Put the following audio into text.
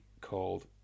called